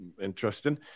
Interesting